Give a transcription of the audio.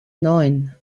neun